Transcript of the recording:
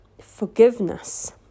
forgiveness